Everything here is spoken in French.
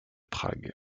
prague